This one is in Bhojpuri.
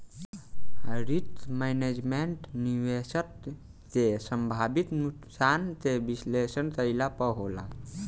रिस्क मैनेजमेंट, निवेशक के संभावित नुकसान के विश्लेषण कईला पर होला